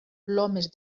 plomes